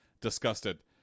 disgusted